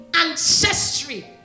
ancestry